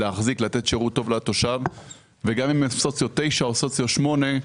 לתת שירות טוב לתושב וגם אם הן סוציו 9 או סוציו 8,